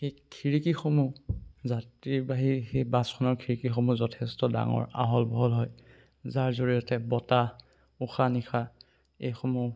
সেই খিৰিকীসমূহ যাত্ৰীবাহী সেই বাছখনৰ খিৰিকীসমূহ যথেষ্ট ডাঙৰ আহল বহল হয় যাৰ জৰিয়তে বতাহ উশাহ নিশাহ এইসমূহ